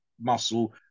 muscle